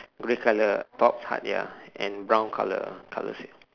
grey colour top part ya and brown colour colour same